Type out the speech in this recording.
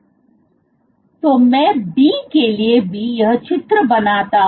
तो मैं B के लिए भी यह चित्र बनाता हूं